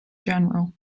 general